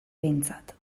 behintzat